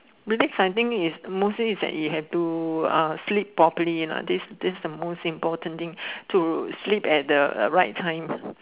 relax I think is mostly is that you have to uh sleep properly lah this this is the most important thing to sleep at the right time